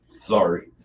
Sorry